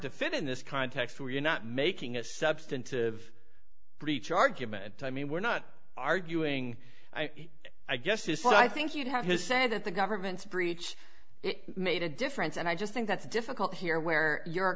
to fit in this context where you're not making a substantive breach argument i mean we're not arguing i guess is so i think you'd have to say that the government's breach it made a difference and i just think that's difficult here where your